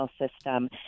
system